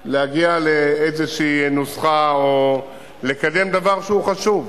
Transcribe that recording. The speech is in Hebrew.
לאיזו נוסחה או לקדם דבר שהוא חשוב.